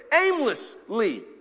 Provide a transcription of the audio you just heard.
aimlessly